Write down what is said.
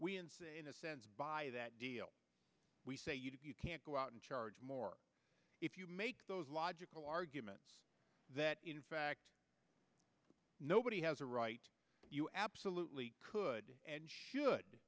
in a sense by that deal we say you can't go out and charge more if you make those logical arguments that in fact nobody has a right you absolutely could and should